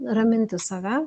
raminti save